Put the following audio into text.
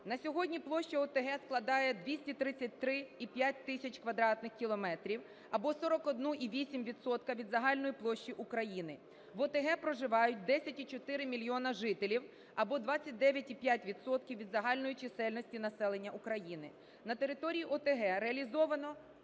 На сьогодні площа ОТГ складає 233,5 тисяч квадратних кілометрів або 41,8 відсотка від загальної площі України. В ОТГ проживають 10,4 мільйона жителів або 29,5 відсотка від загальної чисельності населення України. На території ОТГ реалізовано